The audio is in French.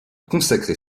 consacrer